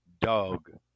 Dog